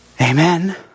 Amen